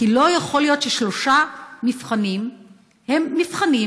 כי לא יכול להיות ששלושה מבחנים הם מבחנים